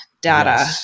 data